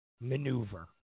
maneuver